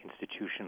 institution